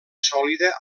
sòlida